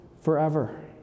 forever